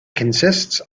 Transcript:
consists